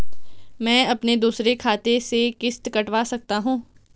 मैं अपने दूसरे खाते से किश्त कटवा सकता हूँ?